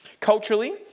Culturally